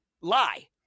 lie